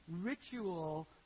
ritual